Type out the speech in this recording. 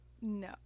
No